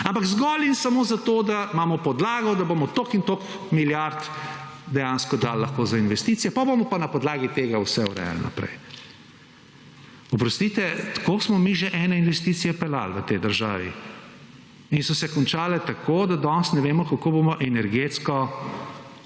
ampak zgolj in samo zato, da imamo podlago, da bomo toliko in toliko milijard dejansko dali lahko za investicije, potem bomo pa na podlagi tega vse urejali naprej. Oprostite, tako smo mi že ene investicije peljali v tej državi in so se končale tako, da danes ne vemo kako bomo energetsko